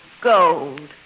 Gold